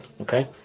Okay